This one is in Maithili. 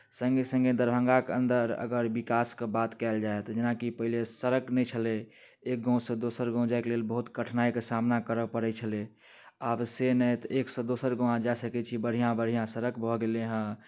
सङ्गे सङ्गे दरभंगाके अन्दर अगर विकासके बात कयल तऽ जेनाकि पहिने सड़क नहि छलै एक गामसँ दोसर गाम जाइके लेल बहुत कठिनाइके सामना करय पड़ै छलै आब से नहि तऽ एकसँ दोसर गाम अहाँ जा सकै छी बढ़िआँ बढ़िआँ सड़क भऽ गेलैए